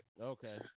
Okay